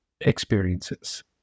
experiences